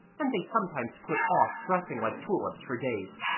and they sometimes put off dressing like tulips for days,